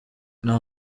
nta